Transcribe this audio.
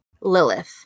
Lilith